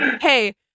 hey